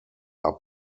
are